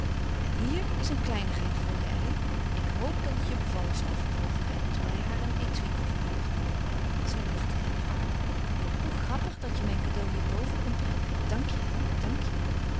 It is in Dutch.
en hier is een kleinigheid voor je elly ik hoop dat het je bevallen zal vervolgde hij terwijl hij haar een étui overhandigde zij lachte even hoe grappig dat je me mijn cadeau hier boven komt brengen dank je henk dank je